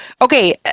okay